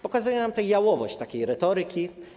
Pokazuje nam to jałowość takiej retoryki.